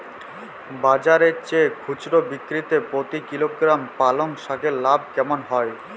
বাজারের চেয়ে খুচরো বিক্রিতে প্রতি কিলোগ্রাম পালং শাকে লাভ কেমন হয়?